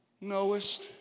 knowest